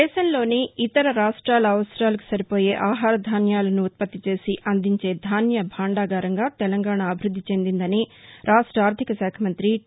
దేశంలోని ఇతర రాష్ట్రాల అవసరాలకు సరిపోయే ఆహార ధాన్యాలను ఉత్పత్తి చేసి అందించే ధాన్య భాండాగారంగా తెలంగాణ అభివృద్ది చెందిందని రాష్ట ఆర్థికశాఖ మంత్రి టీ